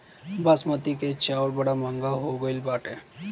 बासमती के चाऊर बड़ा महंग हो गईल बाटे